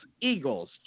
Eagles